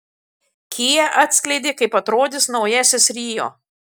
kia atskleidė kaip atrodys naujasis rio